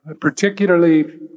particularly